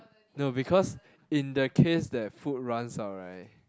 no because in the case that food runs out right